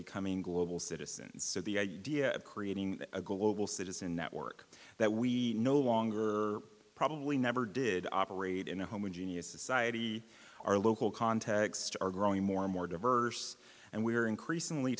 becoming global citizens so the idea of creating a global citizen network that we no longer probably never did operate in a homogeneous society our local context are growing more and more diverse and we're increasingly